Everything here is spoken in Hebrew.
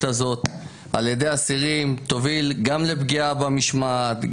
הזאת על ידי אסירים תוביל גם לפגיעה במשמעת,